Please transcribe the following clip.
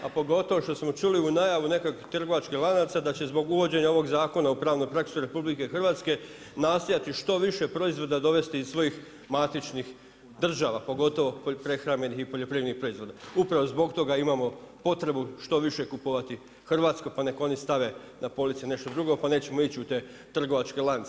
A pogotovo što smo čuli u najavu nekakvih trgovačkih lanaca da će zbog uvođenja ovog zakona u pravnu praksu RH nastojati što više proizvoda dovesti iz svojih matičnih država, pogotovo prehrambenih i poljoprivrednih proizvoda, upravo zbog toga imamo potrebu što više kupovati hrvatsko pa nek oni stave na police nešto drugo pa nećemo ići u te trgovačke lance.